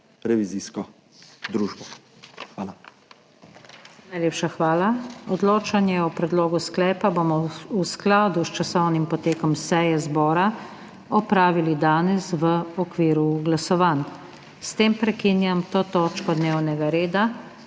NATAŠA SUKIČ: Najlepša hvala. Odločanje o predlogu sklepa bomo v skladu s časovnim potekom seje zbora opravili danes v okviru glasovanj. S tem prekinjam to točko dnevnega reda.